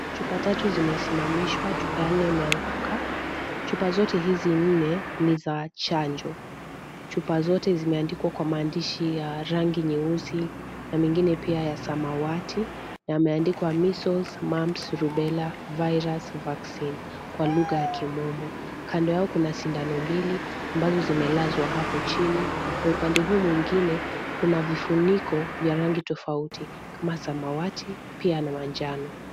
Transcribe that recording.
Chupa tatu zimesimamishwa, chupa ya nne imeanguka. Chupa zote hizi nne ni za chanjo. Chupa zote zimeandikwa kwa maandishi ya rangi nyeusi na mengine pia ya samawati na yameandikwa measles, mumps, rubella virus vaccine kwa lugha ya kimombo. Kando yao kuna sindano mbili ambayo imelazwa hapo chini na upande huu mwingine kuna vifuniko vya rangi tofauti kama samawati pia na manjano.